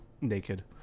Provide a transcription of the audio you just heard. Naked